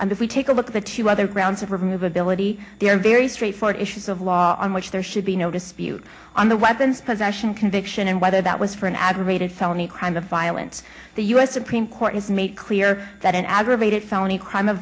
and if we take a look at the two other grounds of remove ability there are very straightforward issues of law on which there should you know dispute on the weapons possession conviction and whether that was for an aggravated felony crime of violence the us supreme court has made clear that an aggravated felony crime of